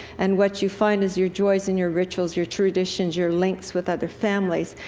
and what you find as your joys, and your rituals, your traditions, your links with other families.